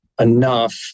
enough